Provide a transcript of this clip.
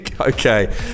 Okay